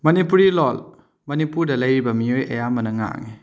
ꯃꯅꯤꯄꯨꯔꯤ ꯂꯣꯟ ꯃꯅꯤꯄꯨꯔꯗ ꯂꯩꯔꯤꯕ ꯃꯤꯑꯣꯏ ꯑꯌꯥꯝꯕꯅ ꯉꯥꯡꯏ